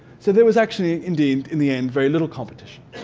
so there was actually indeed in the end very little competition.